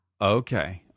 Okay